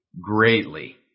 greatly